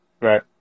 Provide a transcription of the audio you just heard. Right